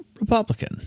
Republican